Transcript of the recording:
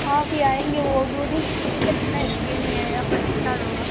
हाँ अभी आएंगे वो दो दिन छुट्टी पे थे ना इसलिए नहीं आये अब स्टार्ट होगा